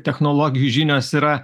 technologijų žinios yra